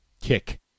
kick